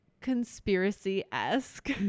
conspiracy-esque